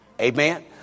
Amen